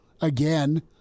again